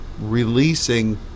releasing